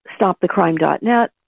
StopTheCrime.net